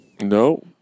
No